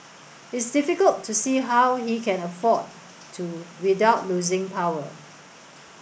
it's difficult to see how he can afford to without losing power